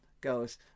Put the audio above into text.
goes